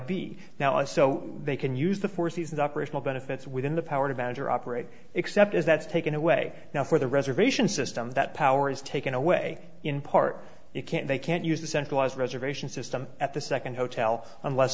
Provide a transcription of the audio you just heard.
b now a so they can use the four seasons operational benefits within the power to manage or operate except as that's taken away now for the reservation system that power is taken away in part you can't they can't use the centralized reservation system at the second hotel unless